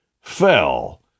fell